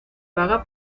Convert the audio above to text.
paga